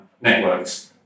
networks